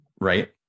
Right